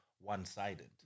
one-sided